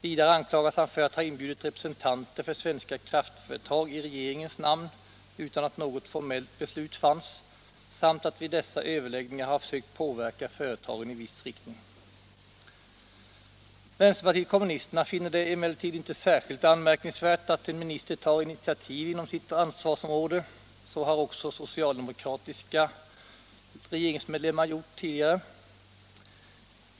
Vidare anklagas han för att ha inbjudit representanter för svenska kraftföretag i regeringens namn utan att något formellt beslut fanns samt att vid dessa överläggningar ha försökt påverka företagen i viss riktning. Vänsterpartiet kommunisterna finner det emellertid inte särskilt anmärkningsvärt att en minister tar initiativ inom sitt ansvarsområde. Så har också socialdemokratiska regeringsmedlemmar gjort tidigare.